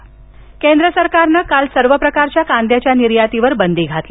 कांदा निर्यात केंद्र सरकारनं काल सर्व प्रकारच्या कांद्याच्या निर्यातीवर बंदी घातली